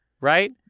right